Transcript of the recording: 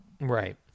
Right